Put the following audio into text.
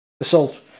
Assault